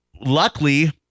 luckily